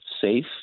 safe